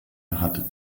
hatte